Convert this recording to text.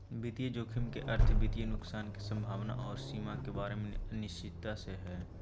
वित्तीय जोखिम के अर्थ वित्तीय नुकसान के संभावना आर सीमा के बारे मे अनिश्चितता से हय